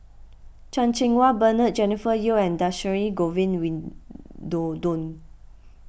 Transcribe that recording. Chan Cheng Wah Bernard Jennifer Yeo and Dhershini Govin